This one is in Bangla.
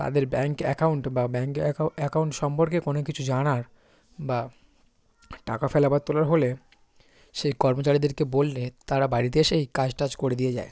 তাদের ব্যাংক অ্যাকাউন্ট বা ব্যাংক অ্যাকা অ্যাকাউন্ট সম্পর্কে কোনো কিছু জানার বা টাকা ফেলা বা তোলার হলে সেই কর্মচারীদেরকে বললে তারা বাড়িতে এসেই কাজ টাজ করে দিয়ে যায়